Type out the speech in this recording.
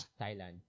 Thailand